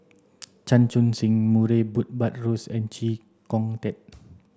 Chan Chun Sing Murray Buttrose and Chee Kong Tet